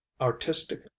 artistic